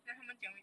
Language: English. then 他们讲 eh